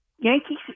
Yankees